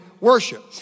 worship